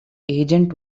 agent